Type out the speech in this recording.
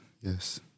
Yes